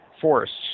forests